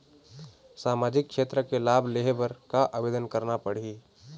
सामाजिक क्षेत्र के लाभ लेहे बर का आवेदन करना पड़ही?